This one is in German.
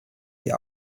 die